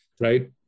right